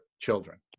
children